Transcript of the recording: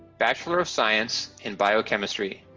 bachelor of science in biochemistry.